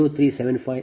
14 ಮತ್ತು j 0